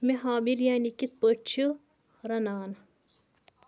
مے ہاو بِریانی کِتھٕ پٲٹھۍ چھِ رنان